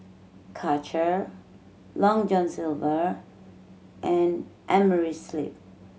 Karcher Long John Silver and Amerisleep